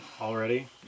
already